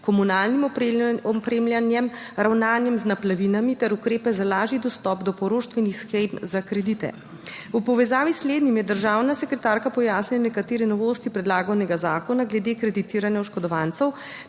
komunalnim opremljanjem, ravnanjem z naplavinami ter ukrepe za lažji dostop do poroštvenih shem za kredite. V povezavi s slednjim je državna sekretarka pojasnila nekatere novosti predlaganega zakona glede kreditiranja oškodovancev